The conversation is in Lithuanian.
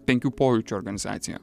penkių pojūčių organizacija